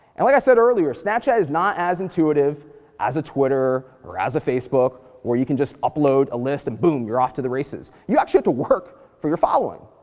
and like i said earlier, snapchat is not as intuitive as a twitter, or as a facebook, or you can just upload a list, and boom, you're off to the races, you actually have to work for your following,